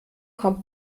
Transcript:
kommt